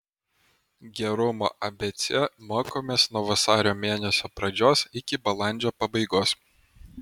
gerumo abc mokomės nuo vasario mėnesio pradžios iki balandžio pabaigos